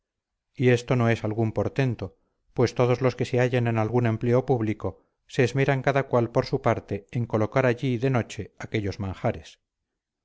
y esto no es algún portento pues todos los que se hallan en algún empleo público se esmeran cada cual por su parte en colocar allí de noche aquellos manjares